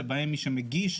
שבהן מי שמבצע